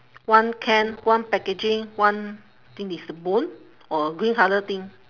one can one packaging one think it's a bone or green colour thing